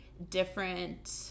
different